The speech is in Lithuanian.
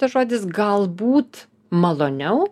tas žodis galbūt maloniau